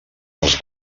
els